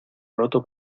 roto